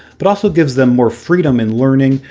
but also gives them more freedom in learning,